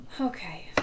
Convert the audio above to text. okay